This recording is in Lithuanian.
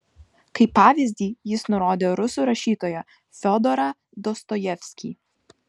kaip pavyzdį jis nurodė rusų rašytoją fiodorą dostojevskį